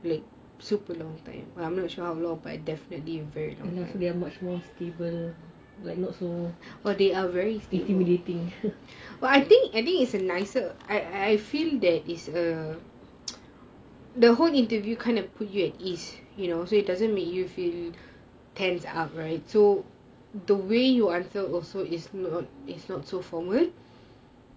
they are much more stable like not so err intimidating